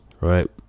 right